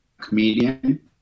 comedian